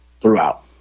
throughout